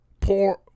poor